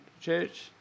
church